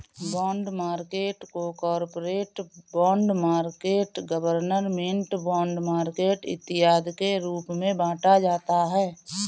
bond market को corporate bond market government bond market इत्यादि के रूप में बांटा जाता है